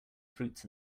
fruits